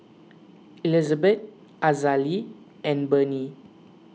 Elizabeth Azalee and Barnie